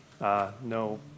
no